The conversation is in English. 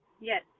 yes